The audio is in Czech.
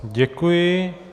Děkuji.